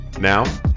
now